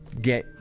get